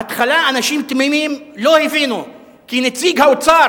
בהתחלה אנשים תמימים לא הבינו כי נציג האוצר,